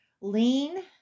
lean